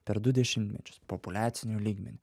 per du dešimtmečius populiaciniu lygmeniu